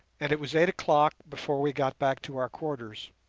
and it was eight o'clock before we got back to our quarters.